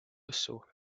usu